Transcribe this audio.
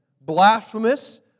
blasphemous